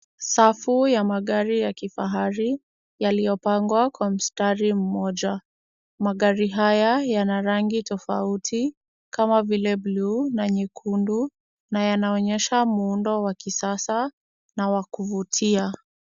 Safu ya magari ya kifahari yalipangwa kwa mistari moja. Magari haya yana rangi tofauti kama vile buluu na nyekundu na yanaonyesha muundo wa kisasa na wa kuvutia.